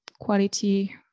quality